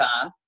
time